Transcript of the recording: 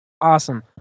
Awesome